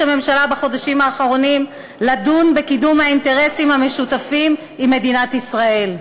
הממשלה בחודשים האחרונים לדון בקידום האינטרסים המשותפים עם מדינת ישראל.